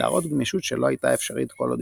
להראות גמישות שלא הייתה אפשרית כל עוד